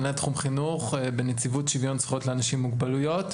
מנהל תחום חינוך בנציבות שוויון זכויות לאנשים עם מוגבלויות,